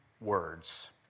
words